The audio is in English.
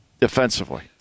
defensively